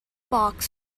box